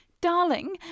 Darling